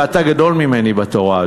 ואתה גדול ממני בתורה,